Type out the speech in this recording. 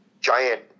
giant